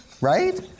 Right